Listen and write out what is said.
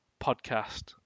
podcast